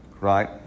Right